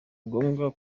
ngombwa